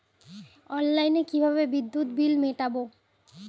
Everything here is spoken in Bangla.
অনলাইনে কিভাবে বিদ্যুৎ বিল মেটাবো?